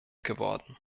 geworden